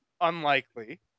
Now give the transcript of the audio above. unlikely